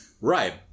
Right